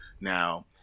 now